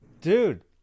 dude